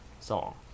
song